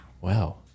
Wow